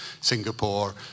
Singapore